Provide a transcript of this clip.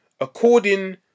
according